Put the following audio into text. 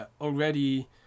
already